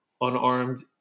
unarmed